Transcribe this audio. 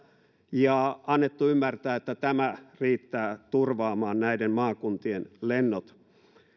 ja annettu ymmärtää että tämä riittää turvaamaan näiden maakuntien lennot